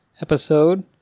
episode